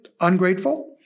ungrateful